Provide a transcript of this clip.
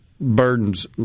burdens